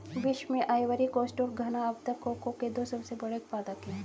विश्व में Ivory Coast और घना अब तक कोको के दो सबसे बड़े उत्पादक है